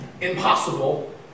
impossible